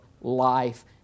life